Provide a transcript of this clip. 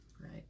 right